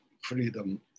freedom